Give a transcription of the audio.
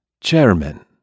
Chairman